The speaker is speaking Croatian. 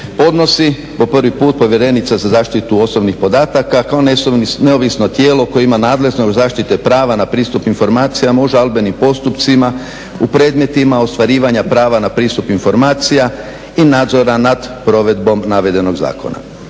podnosi po prvi put povjerenica za zaštitu osobnih podataka kao neovisno tijelo koje ima nadležnost zaštite prava na pristup informacijama u žalbenim postupcima, u predmetima ostvarivanja prava na pristup informacijama i nadzora nad provedbom navedenog zakona.